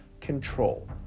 control